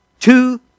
two